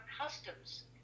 customs